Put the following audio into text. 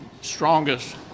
strongest